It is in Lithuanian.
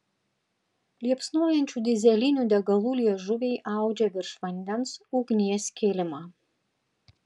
liepsnojančių dyzelinių degalų liežuviai audžia virš vandens ugnies kilimą